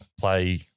play